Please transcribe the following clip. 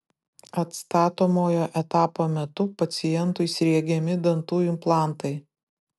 atstatomojo etapo metu pacientui sriegiami dantų implantai